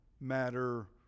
matter